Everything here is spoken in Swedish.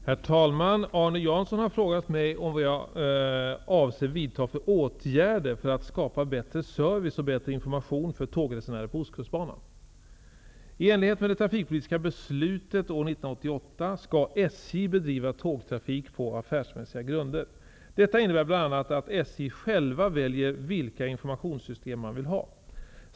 Herr talman! Arne Jansson har frågat mig vilka åtgärder jag avser vidta för att skapa bättre service och bättre information för tågresenärer på Detta innebär bl.a. att SJ självt väljer vilka informationssystem man vill ha.